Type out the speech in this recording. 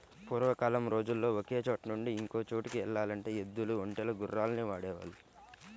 పూర్వకాలం రోజుల్లో ఒకచోట నుంచి ఇంకో చోటుకి యెల్లాలంటే ఎద్దులు, ఒంటెలు, గుర్రాల్ని వాడేవాళ్ళు